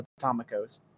Atomicos